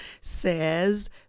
says